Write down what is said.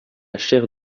chaire